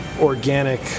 organic